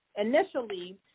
initially